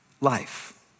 life